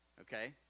Okay